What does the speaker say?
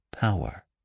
power